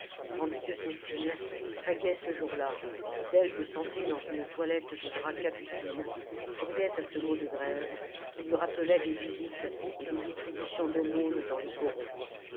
tandis que cécile très gaie ce jour-là belle de santé dans une toilette de drap capucine souriait à ce mot de grève qui lui rappelait des visites et des distributions d'aumônes dans les corons